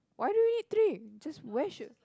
why do we drink just where should